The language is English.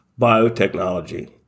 biotechnology